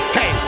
Hey